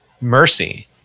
mercy